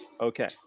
okay